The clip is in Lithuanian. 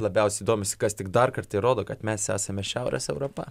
labiausiai domisi kas tik darkart įrodo kad mes esame šiaurės europa